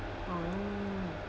oh